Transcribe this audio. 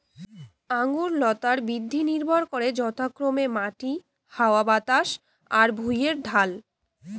আঙুর লতার বৃদ্ধি নির্ভর করে যথাক্রমে মাটি, হাওয়া বাতাস আর ভুঁইয়ের ঢাল